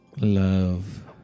Love